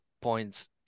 points